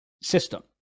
system